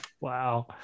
Wow